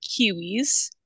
Kiwis